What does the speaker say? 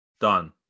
done